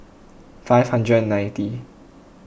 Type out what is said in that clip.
five hundred and ninety